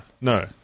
No